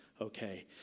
okay